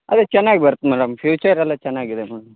ಅದೆ ಚೆನ್ನಾಗಿ ಬರ್ತೆ ಮೇಡಮ್ ಫ್ಯೂಚರ್ ಎಲ್ಲ ಚೆನ್ನಾಗಿದೆ ಮೇಡಮ್